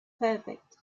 perfect